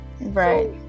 right